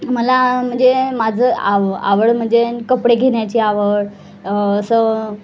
मला म्हणजे माझं आव आवड म्हणजे कपडे घेण्याची आवड असं